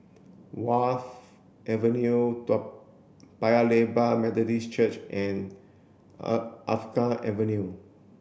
Wharf Avenue Paya Lebar Methodist Church and Alkaff Avenue